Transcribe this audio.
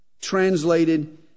translated